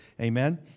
Amen